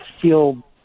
feel